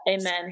amen